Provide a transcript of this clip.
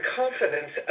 confidence